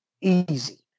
easy